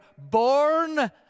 born